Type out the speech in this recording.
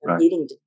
eating